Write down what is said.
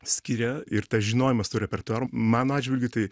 skiria ir tas žinojimas to repertuaro mano atžvilgiu tai